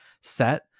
set